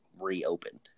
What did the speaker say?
reopened